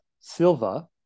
Silva